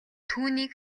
түүнийг